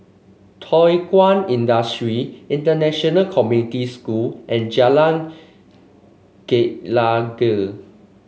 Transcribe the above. Thow Kwang Industry International Community School and Jalan Gelegar